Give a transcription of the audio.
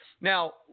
now